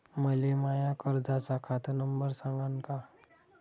मले माया कर्जाचा खात नंबर सांगान का?